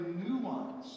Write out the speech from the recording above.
nuance